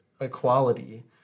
equality